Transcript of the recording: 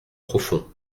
profond